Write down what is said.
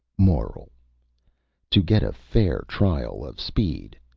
moral to get a fair trial of speed,